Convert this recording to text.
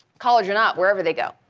college or not, wherever they go.